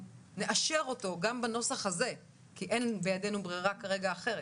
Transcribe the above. נאשר אותו גם בנוסח הזה כי אין בידינו ברירה כרגע אחרת,